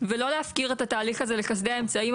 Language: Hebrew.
ולא להפקיר את התהליך הזה לחסדי האמצעים,